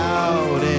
out